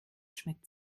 schmeckt